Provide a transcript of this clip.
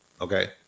Okay